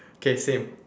okay same